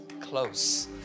close